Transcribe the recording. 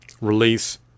release